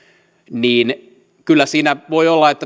vähennys kyllä siinä voi